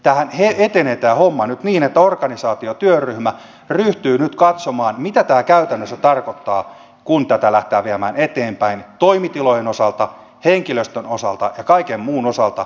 tämä hommahan etenee nyt niin että organisaatiotyöryhmä ryhtyy nyt katsomaan mitä tämä käytännössä tarkoittaa kun tätä lähdetään viemään eteenpäin toimitilojen osalta henkilöstön osalta ja kaiken muun osalta